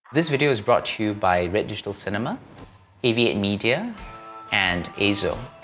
this video is brought to you by red digital cinema a v eight media and eizo.